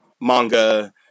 manga